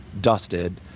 dusted